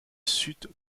sud